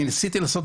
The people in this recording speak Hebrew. אני ניסיתי לעשות